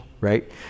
right